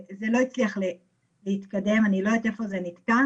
זה לא הצליח להתקדם ואני לא יודעת איפה זה נתקע.